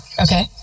Okay